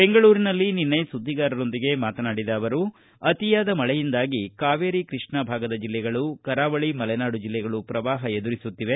ಬೆಂಗಳೂರಿನಲ್ಲಿ ನಿನ್ನೆ ಸುದ್ವಿಗಾರರೊಂದಿಗೆ ಮಾತನಾಡಿದ ಅವರು ಅತಿಯಾದ ಮಳೆಯಿಂದಾಗಿ ಕಾವೇರಿ ಕೃಷ್ಣ ಭಾಗದ ಜಿಲ್ಲೆಗಳು ಕರಾವಳಿ ಮಲೆನಾಡು ಜಿಲ್ಲೆಗಳು ಪ್ರವಾಹ ಎದುರಿಸುತ್ತಿದೆ